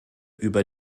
über